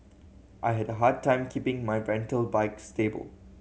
I had a hard time keeping my rental bike stable